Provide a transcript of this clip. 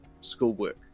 schoolwork